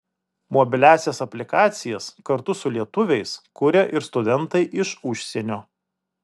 mobiliąsias aplikacijas kartu su lietuviais kuria ir studentai iš užsienio